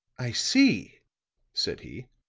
i see said he.